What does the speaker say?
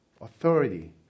authority